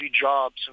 jobs